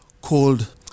called